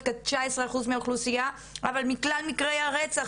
הן כ-19 אחוז מהאוכלוסיה אבל מכלל מקרי הרצח,